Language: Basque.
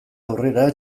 aurrera